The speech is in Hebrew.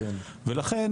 ולכן,